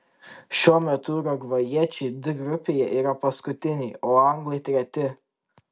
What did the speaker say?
šiuo metu urugvajiečiai d grupėje yra paskutiniai o anglai treti